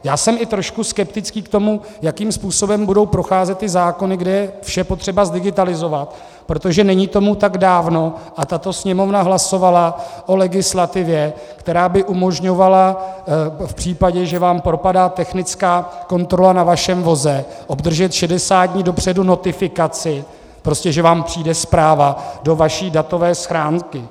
Já jsem i trošku skeptický k tomu, jakým způsobem budou procházet ty zákony, kde je vše potřeba zdigitalizovat, protože není tomu tak dávno, tato Sněmovna hlasovala o legislativě, která by umožňovala v případě, že vám propadá technická kontrola na vašem voze, obdržet 60 dní dopředu notifikaci, prostě že vám přijde zpráva do vaší datové schránky.